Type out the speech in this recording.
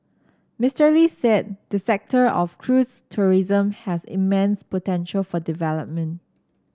Mister Lee said the sector of cruise tourism has immense potential for development